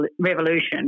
revolution